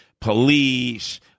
Police